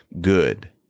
good